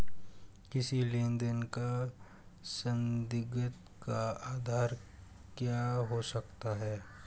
किसी लेन देन का संदिग्ध का आधार क्या हो सकता है?